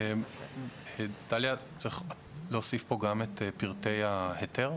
דליה, צריך להוסיף פה גם את פרטי ההיתר.